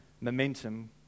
momentum